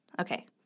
Okay